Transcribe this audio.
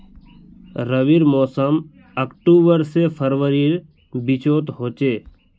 रविर मोसम अक्टूबर से फरवरीर बिचोत होचे